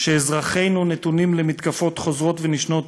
שאזרחינו נתונים למתקפות חוזרות ונשנות,